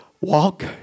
Walk